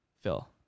Phil